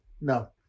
No